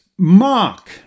Mark